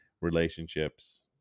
relationships